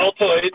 altoids